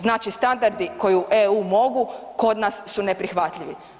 Znači standardi koji EU mogu kod nas su neprihvatljivi.